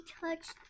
touched